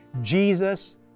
Jesus